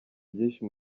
byinshi